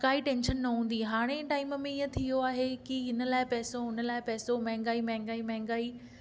काई टेंशन न हूंदी हुई हाणे टाइम में ईअं थी वियो आहे की हिन लाइ पैसो हुन लाइ पैसो महांगाई महांगाई महांगाई